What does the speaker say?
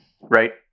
Right